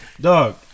dog